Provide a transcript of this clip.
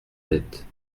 tête